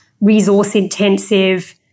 resource-intensive